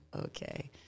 okay